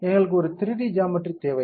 எங்களுக்கு ஒரு 3D geometry தேவை